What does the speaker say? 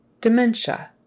Dementia